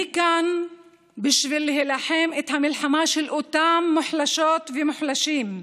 אני כאן בשביל להילחם את המלחמה של אותם מוחלשות ומוחלשים,